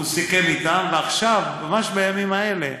הוא סיכם אתם, ועכשיו, ממש בימים האלה,